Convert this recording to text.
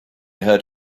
heard